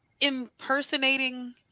impersonating